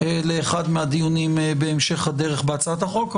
לאחד מהדיונים בהמשך הדרך בהצעת החוק.